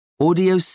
Audio